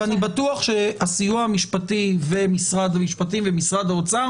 ואני בטוח שהסיוע המשפטי ומשרד המשפטים ומשרד האוצר